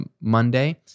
Monday